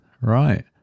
right